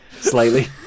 Slightly